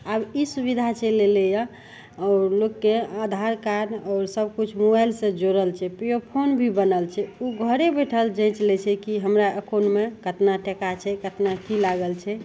आब ई सुविधा चलि अएलै यऽ आओर लोकके आधार कार्ड आओर सबकिछु मोबाइलसे जोड़ल छै पेओफोन भी बनल छै ओ घरे बैठल जाँचि लै छै कि हमरा एकाउन्टमे कतना टका छै या कतना कि लागल छै